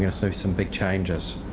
you know so some big changes.